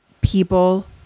people